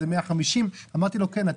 זה 150. אמרתי לו: כן,